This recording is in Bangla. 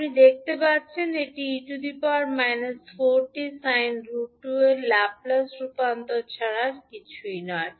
আপনি দেখতে পাচ্ছেন এটি 𝑒−4𝑡 sin √2𝑡 এর ল্যাপ্লেস রূপান্তর ছাড়া আর কিছুই নয়